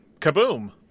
kaboom